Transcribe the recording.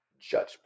Judgment